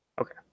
Okay